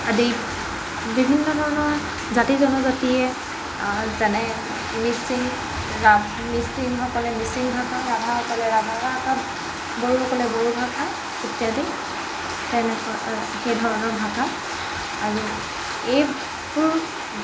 আদি বিভিন্ন ধৰণৰ জাতি জনজাতিয়ে যেনে মিচিং ৰা মিচিংসকলে মিচিং ভাষা ৰাভাসকলে ৰাভা বড়োসকলে বড়ো ভাষা ইত্যাদি তেনেকুৱা সেই ধৰণৰ ভাষা আৰু এইবোৰ